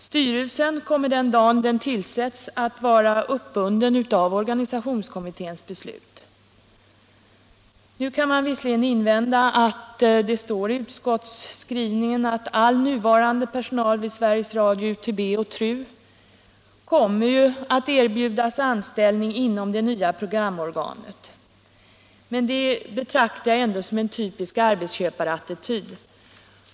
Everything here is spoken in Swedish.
Styrelsen kommer den dag den tillsätts att vara uppbunden av organisationskommitténs beslut. Nu kan man visserligen invända att det står i utskottsskrivningen att all nuvarande personal vid SR/UTB och TRU kommer att erbjudas anställning inom det nya programorganet. Men det betraktar jag som en typisk arbetsköparattityd.